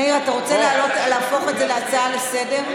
מאיר, אתה רוצה להפוך את זה להצעה לסדר-יום?